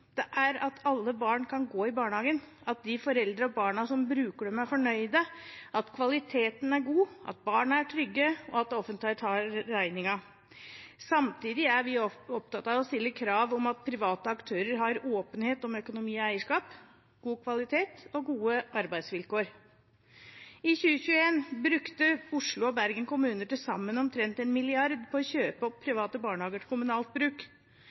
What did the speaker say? Det er at alle barn kan gå i barnehagen, at de foreldrene og barna som bruker barnehagene, er fornøyd, at kvaliteten er god, at barna er trygge, og at det offentlige tar regningen. Samtidig er vi opptatt av å stille krav om at private aktører er åpne om økonomi og eierskap, god kvalitet og gode arbeidsvilkår. I 2021 brukte Oslo og Bergen kommuner til sammen omtrent én milliard kroner på å kjøpe opp private barnehager til kommunalt bruk.